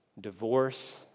divorce